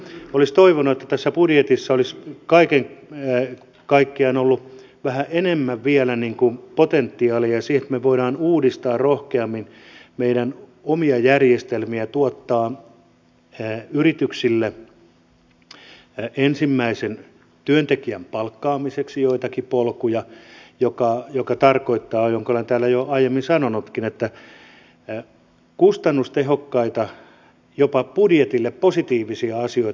olisin toivonut että tässä budjetissa olisi kaiken kaikkiaan ollut vähän enemmän vielä potentiaalia siihen että me voimme uudistaa rohkeammin meidän omia järjestelmiä tuottamaan yrityksille ensimmäisen työntekijän palkkaamiseksi joitakin polkuja mikä tarkoittaa minkä olen täällä jo aiemmin sanonutkin kustannustehokkaita jopa budjetille positiivisia asioita